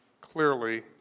clearly